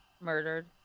murdered